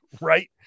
Right